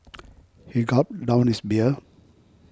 he gulped down his beer